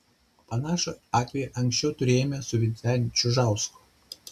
panašų atvejį anksčiau turėjome su vyteniu čižausku